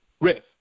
Riff